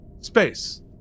Space